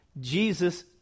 Jesus